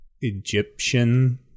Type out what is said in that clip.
Egyptian